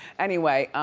anyway,